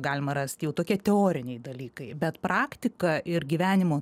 galima rast jau tokie teoriniai dalykai bet praktika ir gyvenimo